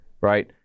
Right